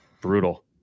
Brutal